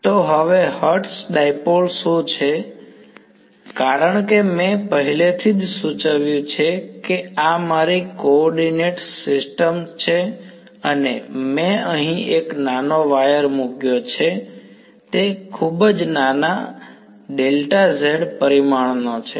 તો હવે hertz dipole શું છે કારણ કે મેં પહેલેથી જ સૂચવ્યું છે કે આ મારી કોઓર્ડિનેટ સિસ્ટમ છે અને મેં અહીં એક નાનો વાયર મૂક્યો છે જે ખૂબ જ નાના પરિમાણનો છે